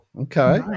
Okay